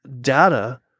data